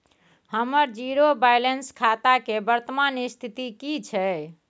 हमर zero balance खाता के वर्तमान स्थिति की छै?